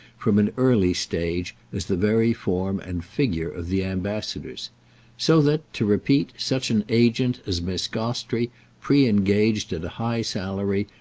from an early stage, as the very form and figure of the ambassadors so that, to repeat, such an agent as miss gostrey pre-engaged at a high salary,